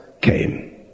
came